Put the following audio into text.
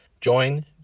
Join